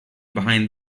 behind